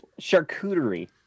Charcuterie